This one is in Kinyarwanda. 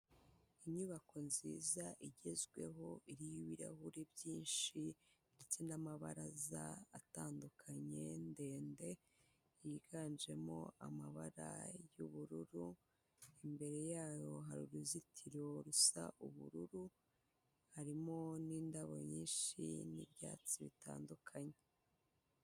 Inyubako nziza igezweho, iriho ibirahuri byinshi, ndetse n'amabaraza atandukanye ndende, yiganjemo amabara y'ubururu, imbere yayo hari uruzitiro rusa ubururu, harimo n'indabo nyinshi, n'ibyatsi bitandukanye.